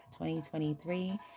2023